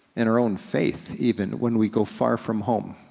and our own faith even, when we go far from home,